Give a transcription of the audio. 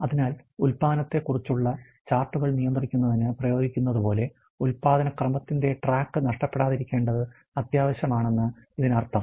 അതിനാൽ ഉൽപാദനത്തെക്കുറിച്ചുള്ള ചാർട്ടുകൾ നിയന്ത്രിക്കുന്നതിന് പ്രയോഗിക്കുന്നതുപോലെ ഉൽപാദന ക്രമത്തിന്റെ ട്രാക്ക് നഷ്ടപ്പെടാതിരിക്കേണ്ടത് അത്യാവശ്യമാണെന്ന് ഇതിനർത്ഥം